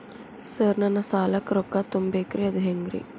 Sir ನನ್ನ ಸಾಲಕ್ಕ ರೊಕ್ಕ ತುಂಬೇಕ್ರಿ ಅದು ಹೆಂಗ್ರಿ?